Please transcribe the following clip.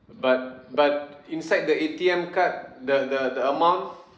but but inside the A_T_M card the the the amount